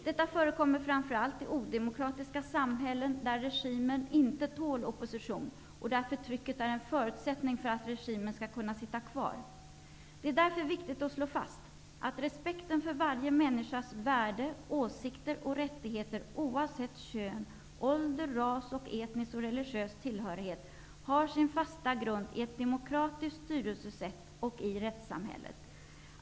Detta förekommer framför allt i odemokratiska samhällen, där regimen inte tål opposition och där förtrycket är en förutsättning för att regimen skall kunna sitta kvar. Det är därför viktigt att slå fast att respekten för varje människas värde, åsikter och rättigheter oavsett kön, ålder, ras och etnisk och religiös tillhörighet har sin fasta grund i ett demokratiskt styrelsesätt och i rättssamhället.